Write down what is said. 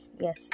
Yes